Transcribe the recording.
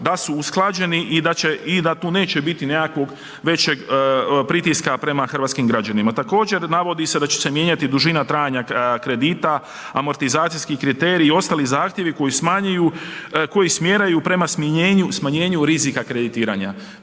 da su usklađeni i da tu neće biti nekakvog većeg pritiska prema hrvatskim građanima. Također navodi se da će se mijenjati dužina trajanja kredita, amortizacijski kriteriji i ostali zahtjevi koji smjeraju prema smanjenju rizika kreditiranja.